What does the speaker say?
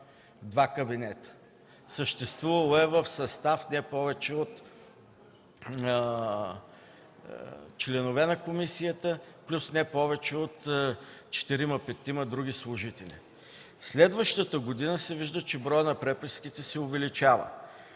два кабинета. Съществувала е в състав: членове на комисията плюс не повече от четирима-петима други служители. Следващата година се вижда, че броят на преписките се увеличава,